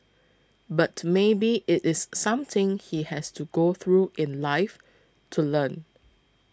but maybe it is something he has to go through in life to learn